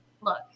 look